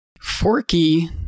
Forky